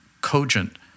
cogent